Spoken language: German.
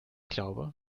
glaube